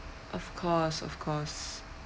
of course of course